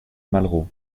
malraux